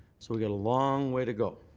so we got a long way to go.